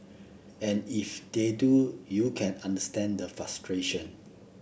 and if they do you can understand the frustration